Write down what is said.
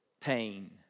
pain